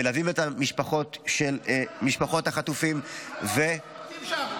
מלווים את משפחות החטופים ----- אתה מדבר על